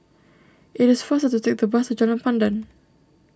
it is faster to take the bus to Jalan Pandan